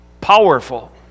Powerful